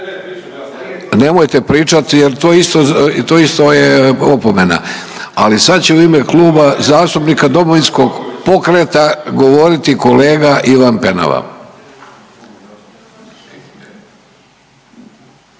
Nemojte pričati jel to isto je opomena. Ali sad će u ime Kluba zastupnika Domovinskog pokreta govoriti kolega Ivan Penava.